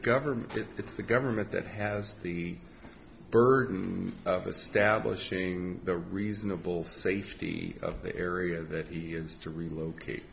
government is the government that has the burden of a stablish the reasonable safety of the area that he used to relocate